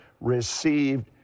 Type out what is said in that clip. received